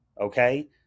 okay